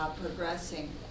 progressing